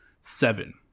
seven